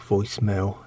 voicemail